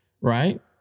right